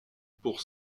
pour